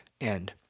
end